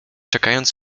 czekając